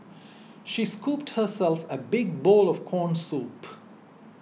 she scooped herself a big bowl of Corn Soup